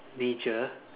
nature